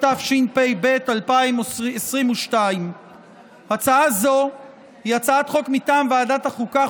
התשפ"ב 2022. הצעה זו היא הצעת חוק מטעם ועדת החוקה,